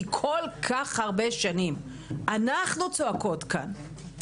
כי כל כך הרבה שנים אנחנו צועקות כאן.